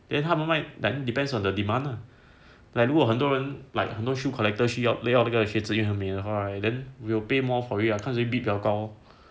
then 他们卖 like depends on the demand lah like 如果很多人 like 很多 shoe collector 需要那个靴子因为很美的话 right then we will pay more for it ah 看谁 bid 的比较高哦